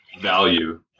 value